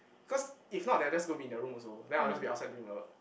cause if not they'll just go be in their room also then I'll just be outside doing my work